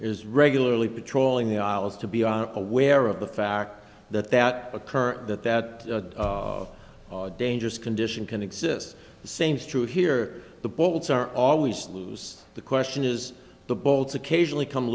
is regularly patrolling the aisles to be aware of the fact that that occur that that dangerous condition can exist the same is true here the bolts are always lose the question is the bolts occasionally come